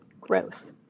growth